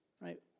right